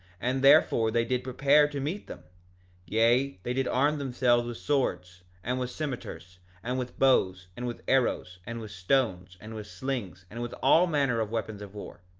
and therefore they did prepare to meet them yea, they did arm themselves with swords, and with cimeters, and with bows, and with arrows, and with stones, and with slings, and with all manner of weapons of war,